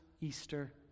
Easter